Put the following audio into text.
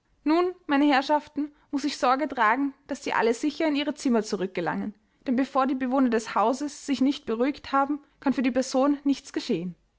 nun meine herrschaften muß ich sorge tragen daß sie alle sicher in ihre zimmer zurückgelangen denn bevor die bewohner des hauses sich nicht beruhigt haben kann für die person nichts geschehen